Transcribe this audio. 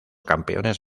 campeones